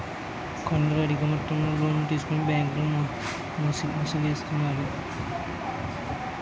కొందరు అధిక మొత్తంలో లోన్లు తీసుకొని బ్యాంకుల్లో మోసగిస్తుంటారు